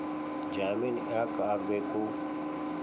ಜಾಮಿನ್ ಯಾಕ್ ಆಗ್ಬೇಕು?